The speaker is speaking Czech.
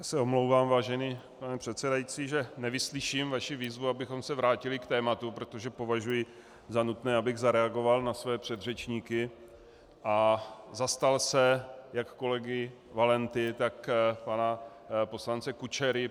Já se omlouvám, vážený pane předsedající, že nevyslyším vaši výzvu, abychom se vrátili k tématu, protože považuji za nutné, abych zareagoval na své předřečníky a zastal se jak kolegy Valenty, tak pana poslance Kučery.